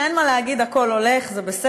טוב, כשאין מה להגיד, הכול הולך, זה בסדר.